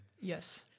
Yes